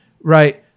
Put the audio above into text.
right